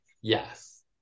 Yes